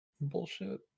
bullshit